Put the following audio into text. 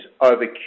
over